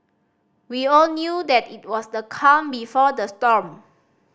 we all knew that it was the calm before the storm